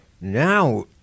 now